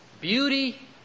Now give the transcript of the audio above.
Beauty